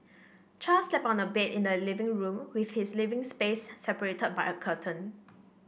char slept on a bed in the living room with his living space separated by a curtain